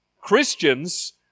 Christians